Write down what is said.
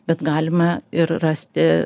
bet galima ir rasti